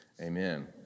amen